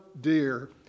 dear